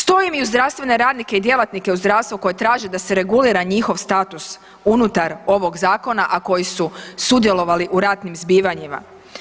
Stojim i uz zdravstvene radnike i djelatnike u zdravstvu koji traže da se regulira njihov status unutar ovog zakona, a koji su sudjelovali u ratnim zbivanjima.